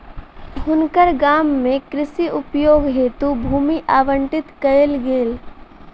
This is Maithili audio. हुनकर गाम में कृषि उपयोग हेतु भूमि आवंटित कयल गेल